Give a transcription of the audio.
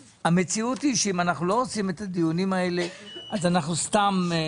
המציאות היא שאם אנחנו לא עושים את הדיונים האלה אז אנחנו סתם.